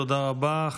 תודה רבה.